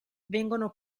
vengono